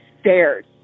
stairs